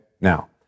Now